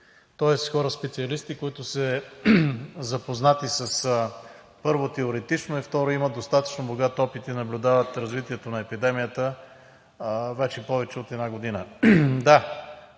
тоест хора специалисти, които са запознати, първо, теоретично, и, второ, имат достатъчно богат опит и наблюдават развитието на епидемията вече повече от година.